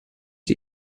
die